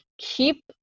keep